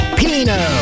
pino